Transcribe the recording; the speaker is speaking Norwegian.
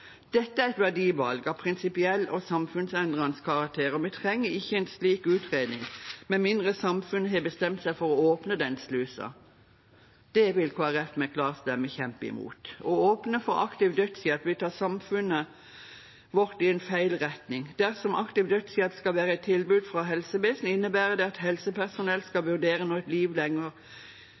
Dette er et verdivalg av prinsipiell og samfunnsendrende karakter, og vi trenger ikke en slik utredning med mindre samfunnet har bestemt seg for å åpne den slusen. Det vil Kristelig Folkeparti med klar stemme kjempe imot. Å åpne for aktiv dødshjelp vil ta samfunnet vårt i feil retning. Dersom aktiv dødshjelp skal være et tilbud fra helsevesenet, innebærer det at helsepersonell skal vurdere når et liv ikke lenger